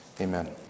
Amen